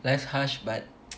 that's harsh but